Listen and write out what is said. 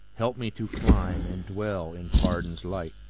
help me to climb, and dwell in pardon's light.